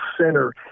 center